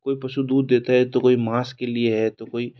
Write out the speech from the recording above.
कोई पशु दूध देता है तो कोई मांस के लिए है तो कोई